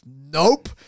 nope